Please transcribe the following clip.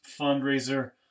Fundraiser